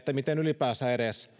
miten ylipäänsä